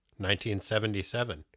1977